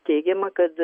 teigiama kad